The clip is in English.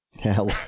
Hell